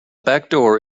backdoor